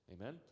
Amen